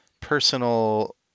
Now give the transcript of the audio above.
personal